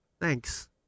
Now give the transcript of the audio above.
thanks